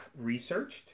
researched